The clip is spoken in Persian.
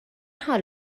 حال